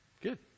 Good